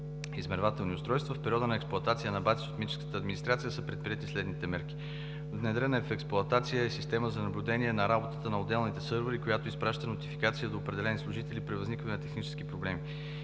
„Измервателни устройства“ в периода на експлоатация на БАЦИС от митническата администрация са предприети следните мерки: внедрена е в експлоатация система за наблюдение на работата на отделните сървъри, която изпраща нотификация до определени служители при възникване на технически проблеми;